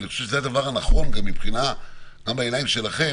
ואני חושב שזה הדבר הנכון גם בעיניים שלכם,